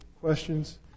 questions